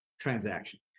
transaction